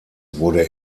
wurde